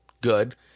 good